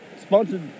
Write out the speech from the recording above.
sponsored